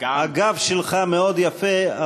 הגב שלך מאוד יפה,